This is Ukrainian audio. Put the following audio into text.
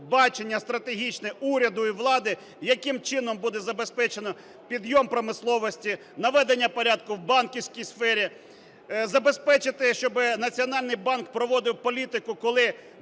бачення стратегічне уряду і влади, яким чином буде забезпечено підйом промисловості, наведення порядку в банківський сфері, забезпечити, щоби Національний банк проводив політику, коли